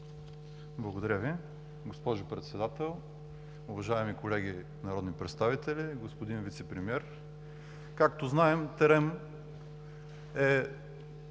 Благодаря Ви, госпожо Председател. Уважаеми колеги народни представители, господин Вицепремиер! Както знаем ТЕРЕМ, е